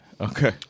Okay